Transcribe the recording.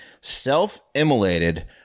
self-immolated